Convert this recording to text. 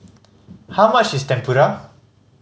how much is Tempura